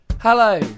Hello